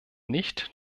nicht